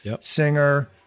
Singer